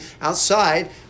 outside